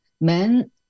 men